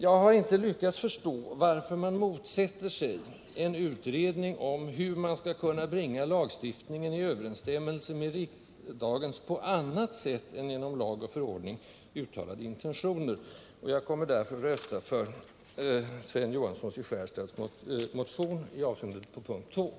Jag har inte lyckats förstå varför man motsätter sig en utredning om hur vi skall kunna bringa lagstiftningen i överensstämmelse med riksdagens på annat sätt än genom lag och förordning uttalade intentioner, och jag kommer därför att rösta för Sven Johanssons i Skärstad motion i avseende på mom. 2.